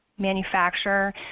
Manufacturer